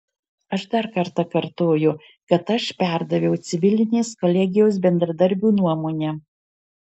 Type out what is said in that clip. aš dar kartą kartoju kad aš perdaviau civilinės kolegijos bendradarbių nuomonę